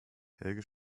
helge